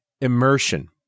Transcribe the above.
Immersion